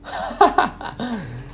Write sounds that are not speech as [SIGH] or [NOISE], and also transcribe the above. [LAUGHS]